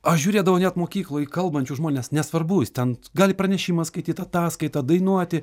aš žiūrėdavau net mokykloj į kalbančius žmones nesvarbu jis ten gali pranešimą skaityt ataskaitą dainuoti